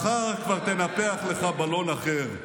מחר כבר תנפח לך בלון אחר.